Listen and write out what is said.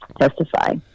testify